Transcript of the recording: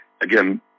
Again